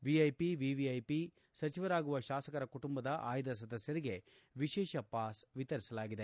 VIP VVIP ಸಚಿವರಾಗುವ ಶಾಸಕರ ಕುಟುಂಬದ ಆಯ್ದ ಸದಸ್ಥರಿಗೆ ವಿಶೇಷ ಪಾಸ್ ವಿತರಿಸಲಾಗಿತ್ತು